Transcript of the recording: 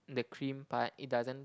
the cream but it doesn't